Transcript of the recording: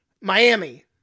miami